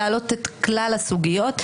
להעלות את כלל הסוגיות.